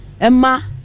Emma